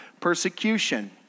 persecution